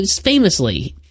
famously